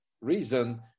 reason